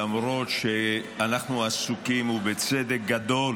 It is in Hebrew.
למרות שאנחנו עסוקים בצדק גדול